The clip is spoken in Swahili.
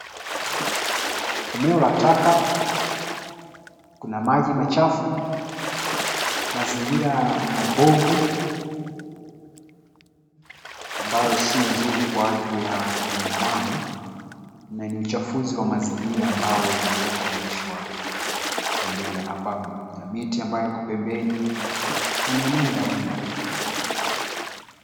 Eneo la taka, kuna maji machafu, mazingira mabovu, ambayo si nzuri kwa ajili ya mwanadamu, na ni uchafuzi wa mazingira ambao umeweza kuonyeshwa, kwa mbele hapa, kuna miti ambayo iko pembeni, na ni eneo la umma.